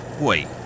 Wait